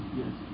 yes